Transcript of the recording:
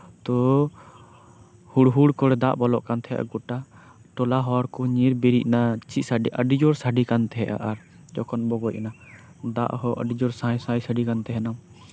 ᱛᱚ ᱦᱩᱲᱼᱦᱩᱲ ᱠᱚᱨᱮ ᱫᱟᱜ ᱵᱚᱞᱚᱜ ᱠᱟᱱ ᱛᱟᱦᱮᱸᱫ ᱜᱚᱴᱟ ᱴᱚᱞᱟ ᱦᱚᱲᱠᱚ ᱧᱤᱨ ᱵᱤᱨᱤᱫ ᱮᱱᱟ ᱪᱮᱫ ᱥᱟᱰᱮ ᱟᱹᱰᱤᱡᱳᱨ ᱥᱟᱰᱮ ᱠᱟᱱ ᱛᱟᱦᱮᱸᱱᱟ ᱟᱨ ᱡᱚᱠᱷᱚᱱ ᱵᱚᱜᱚᱡ ᱮᱱᱟ ᱫᱟᱜ ᱦᱚᱸ ᱟᱹᱰᱤᱡᱳᱨ ᱥᱟᱸᱭᱻᱥᱟᱸᱭᱻ ᱥᱟᱰᱮᱠᱟᱱ ᱛᱟᱦᱮᱱᱟ